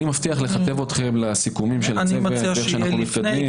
אני מבטיח לכתב אתכם בסיכומים של הצוות ואיך אנחנו מתקדמים.